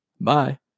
Bye